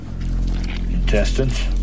intestines